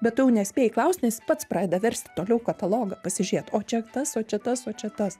bet tu jau nespėjai klaust nes jis pats pradeda versti toliau katalogą pasižiūrėt o čia tas o čia tas o čia tas